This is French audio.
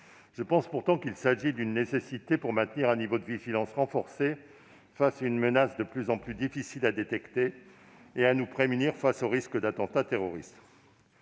Je pense pourtant qu'il s'agit d'une nécessité pour maintenir un niveau de vigilance renforcée face à une menace de plus en plus difficile à détecter et nous prémunir face aux risques d'attentats terroristes.